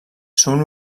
són